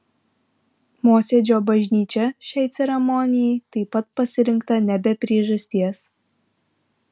mosėdžio bažnyčia šiai ceremonijai taip pat pasirinkta ne be priežasties